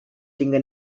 tinga